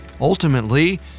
Ultimately